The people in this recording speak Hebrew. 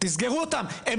לא